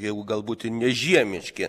jau galbūt ir nežiemiški